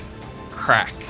crack